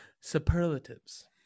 Superlatives